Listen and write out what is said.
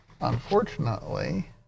unfortunately